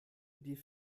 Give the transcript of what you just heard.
die